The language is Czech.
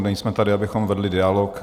Nejsme tady, abychom vedli dialog.